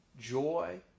joy